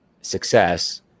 success